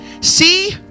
See